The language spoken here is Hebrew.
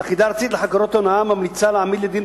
היחידה הארצית לחקירות הונאה ממליצה להעמיד לדין